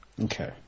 Okay